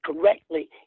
correctly